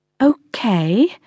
Okay